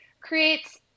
creates